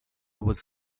was